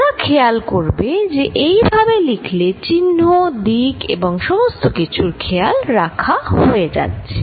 তোমরা খেয়াল করবে যে এই ভাবে লিখলে চিহ্ন দিক এবং সমস্ত কিছুর খেয়াল রাখা হয়ে যাচ্ছে